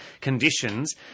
conditions